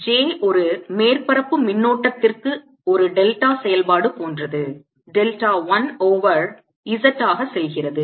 j ஒரு மேற்பரப்பு மின்னோட்டத்திற்கு ஒரு டெல்டா செயல்பாடு போன்றது டெல்டா 1 ஓவர் z ஆக செல்கிறது